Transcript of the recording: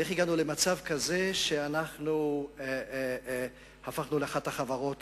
איך הגענו למצב כזה שהפכנו לאחת החברות